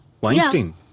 Weinstein